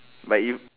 but if